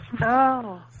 No